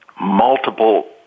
multiple